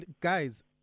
guys